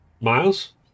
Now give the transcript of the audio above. Miles